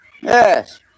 Yes